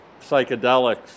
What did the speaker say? psychedelics